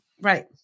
Right